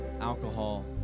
alcohol